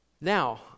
Now